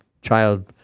child